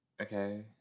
Okay